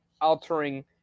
altering